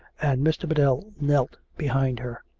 and mr. biddell knelt behind her.